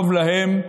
טוב להם,